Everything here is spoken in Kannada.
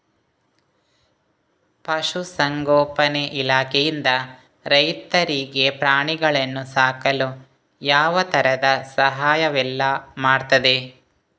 ಪಶುಸಂಗೋಪನೆ ಇಲಾಖೆಯಿಂದ ರೈತರಿಗೆ ಪ್ರಾಣಿಗಳನ್ನು ಸಾಕಲು ಯಾವ ತರದ ಸಹಾಯವೆಲ್ಲ ಮಾಡ್ತದೆ?